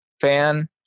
fan